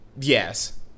Yes